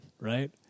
right